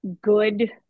good